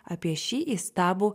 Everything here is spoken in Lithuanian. apie šį įstabų